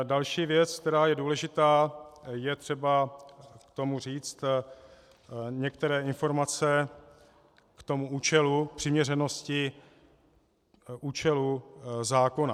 Další věc, která je důležitá, je třeba k tomu říct některé informace k účelu přiměřenosti účelu zákona.